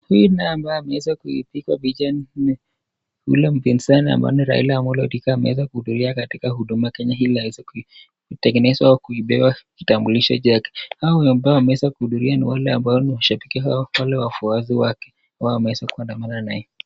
Huyu naye ambaye ameweza kupigwa picha ni yule mpinzani ambaye ni raila amolo odinga , ambaye ameweza kuhudhuria huduma kenya ili aweze kutengenezwa ama kupewa kitambulisho chake hao ambao wameeza kuhudhuria ni mashabiki au wale wafuasi wake, ambao wameeza kuandamana na yeye.